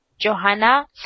Johanna